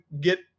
get